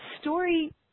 story